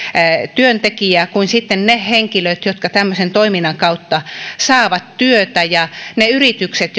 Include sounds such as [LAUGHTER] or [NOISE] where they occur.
työntekijä kuin sitten ne henkilöt jotka tämmöisen toiminnan kautta saavat työtä ja ne yritykset [UNINTELLIGIBLE]